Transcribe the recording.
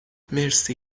مرسی